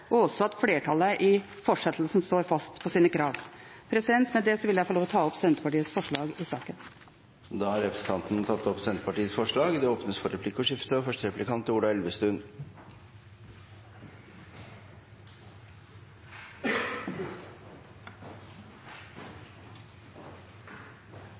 og også at flertallet i fortsettelsen står fast på sine krav. Med det vil jeg få ta opp Senterpartiets forslag i saken. Representanten Marit Arnstad har tatt opp de forslagene hun refererte til. Det blir replikkordskifte. Representanten Arnstad er veldig bekymret for